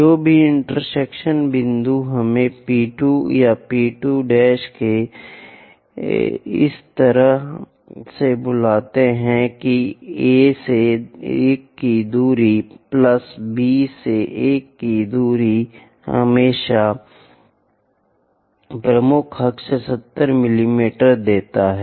जो भी इंटरसेक्शन बिंदु हमें P 2 या P 2 को इस तरह से बुलाता है कि A से 1 दूरी प्लस B से 1 दूरी हमेशा हमें प्रमुख अक्ष 70 मिमी देता है